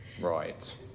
Right